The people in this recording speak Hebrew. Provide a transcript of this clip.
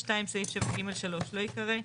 2. סעיף 7 (ג') 3 לא יקרא.